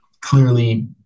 clearly